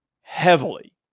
heavily